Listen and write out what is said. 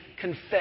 confess